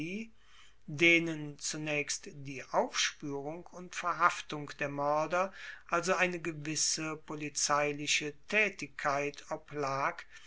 denen zunaechst die aufspuerung und verhaftung der moerder also eine gewisse polizeiliche taetigkeit oblag